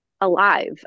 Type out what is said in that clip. alive